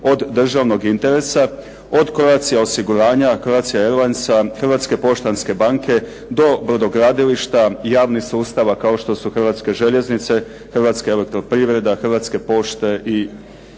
od državnog interesa, od "Croatia osiguranja", "Croatia airlinesa", Hrvatske poštanske banke, do brodogradilišta, javnih sustava kao što su Hrvatske željeznice, Hrvatska elektroprivreda, Hrvatske pošte i